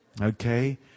Okay